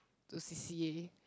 to C_C_A